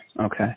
okay